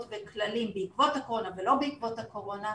וכללים בעקבות הקורונה ולא בעקבות הקורונה,